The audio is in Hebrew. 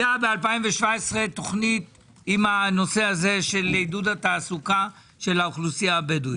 הייתה ב-2017 תוכנית של עידוד התעסוקה של האוכלוסייה הבדואית.